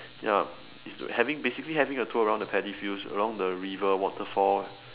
ya it's to having basically having a tour around the paddy fields around the river waterfalls